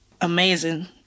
amazing